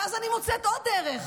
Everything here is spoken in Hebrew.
ואז אני מוצאת עוד דרך.